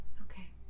Okay